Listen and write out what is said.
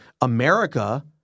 America